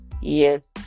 yes